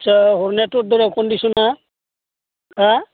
आदसा हरनायथ' हरदों कन्डिसना हा